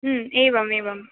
एवम् एवम्